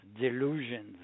...delusions